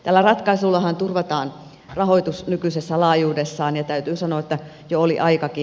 tällä ratkaisullahan turvataan rahoitus nykyisessä laajuudessaan ja täytyy sanoa että jo oli aikakin